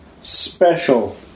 special